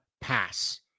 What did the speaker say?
pass